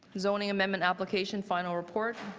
zoneing amendment application, final report.